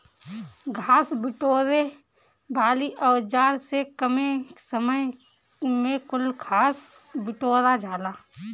घास बिटोरे वाली औज़ार से कमे समय में कुल घास बिटूरा जाला